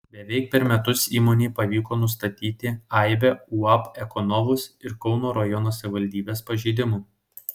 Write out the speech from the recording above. beveik per metus įmonei pavyko nustatyti aibę uab ekonovus ir kauno rajono savivaldybės pažeidimų